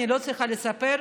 אני לא צריכה לספר,